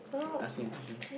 ask me a question